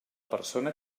persona